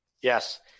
Yes